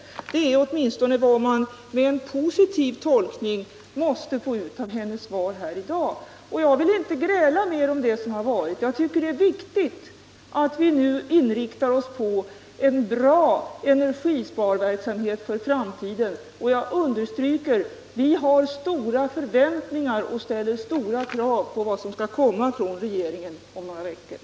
Detta är åtminstone vad man med en positiv tolkning måste få ut av hennes svar i dag. Jag vill inte gräla mer om det som har varit; jag tycker det är viktigt att vi nu inriktar oss på en bra energisparverksamhet för framtiden. Jag understryker att vi hyser stora förväntningar och ställer stora krav på det förslag som om några veckor skall komma från regeringen.